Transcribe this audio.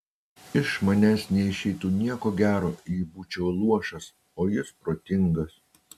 iš manęs neišeitų nieko gero jei būčiau luošas o jis protingas